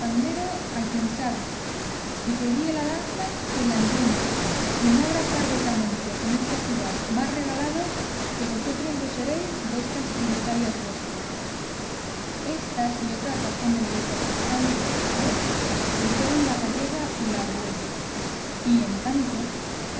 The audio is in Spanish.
a quien sabe y que guíe la danza quien la entiende y no habrá par de canónigos en esta ciudad más regalados que vosotros lo seréis destas tributarias vuestras estas y otras razones desta sustancia y jaez dijeron la gallega y la argüello y en tanto